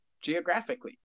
geographically